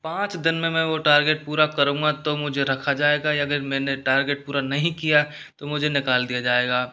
पाँच दिन में मैं वो टारगेट पूरा करूँगा तो मुझे रखा जाएगा अगर मैंने टारगेट पूरा नहीं किया तो मुझे निकाल दिया जाएगा